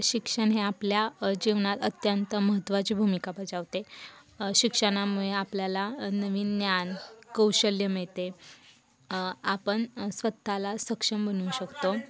शिक्षण हे आपल्या जीवनात अत्यंत महत्त्वाची भूमिका बजावते शिक्षणामुळे आपल्याला नवीन ज्ञान कौशल्य मिळते आपण स्वत ला सक्षम बनवू शकतो